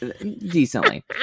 decently